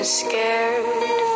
scared